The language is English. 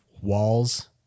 walls